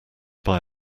buy